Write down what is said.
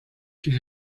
his